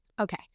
Okay